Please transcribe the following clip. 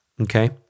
Okay